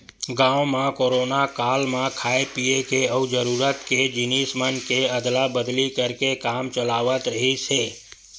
गाँव म कोरोना काल म खाय पिए के अउ जरूरत के जिनिस मन के अदला बदली करके काम चलावत रिहिस हे